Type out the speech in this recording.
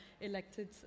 elected